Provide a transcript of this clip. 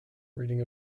reading